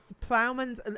Plowman's